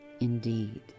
indeed